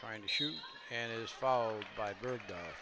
trying to shoot and is followed by bird